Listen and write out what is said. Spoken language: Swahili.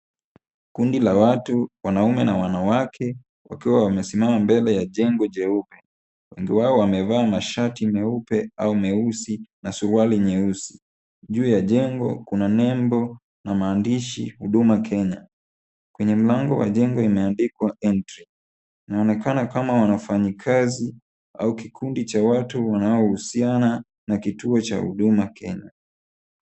Kundi la watu, wanaume na wanawake wakiwa wamesimama mbele ya jengo jeupe. Wengi wao wamevaa mashati meupe au meusi na suruali nyeusi. Juu ya jengo kuna nembo na maandishi, Huduma Kenya. Kwenye mlango wa jengo, imeandikwa Entry . Wanaonekana kama wafanyikazi au kikundi cha watu wanaohusiana na kituo cha Huduma Kenya.